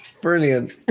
Brilliant